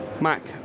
Mac